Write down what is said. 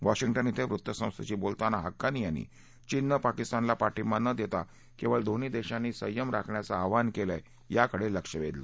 Washington क्वें वृत्तसंस्थेशी बोलताना हक्कानी यांनी चीननं पाकिस्तानला पाठिंबा न देता केवळ दोन्ही देशांनी संयम राखण्याचं आवाहन केलंय याकडे लक्ष वेधलं